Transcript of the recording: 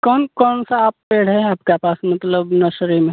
कौन कौन सा पेड़ है आपके पास मतलब नर्सरी में